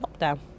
lockdown